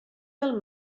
del